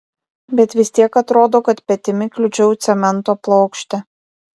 bet vis tiek atrodo kad petimi kliudžiau cemento plokštę